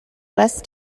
west